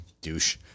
douche